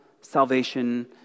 salvation